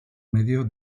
medio